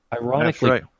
ironically